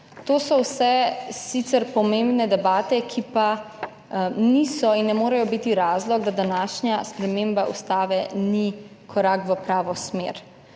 To so vse sicer pomembne debate, ki pa niso in ne morejo biti razlog, da današnja sprememba ustave ni korak v pravo smer.